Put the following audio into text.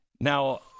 Now